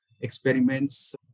experiments